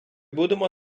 будемо